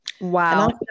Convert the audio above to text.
wow